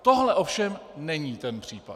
Tohle ovšem není ten případ.